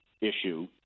issue